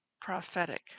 prophetic